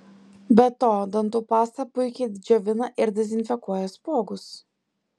be to dantų pasta puikiai džiovina ir dezinfekuoja spuogus